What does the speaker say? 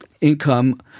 income